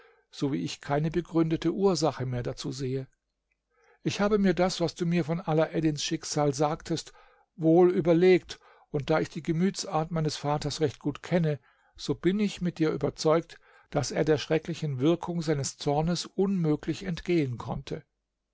so wie ich keine gegründete ursache mehr dazu sehe ich habe mir das was du mir von alaeddins schicksal sagtest wohl überlegt und da ich die gemütsart meines vaters recht gut kenne so bin ich mit dir überzeugt daß er der schrecklichen wirkung seines zornes unmöglich entgehen konnte